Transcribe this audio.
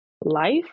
life